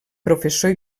professor